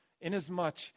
inasmuch